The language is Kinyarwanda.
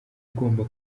ugomba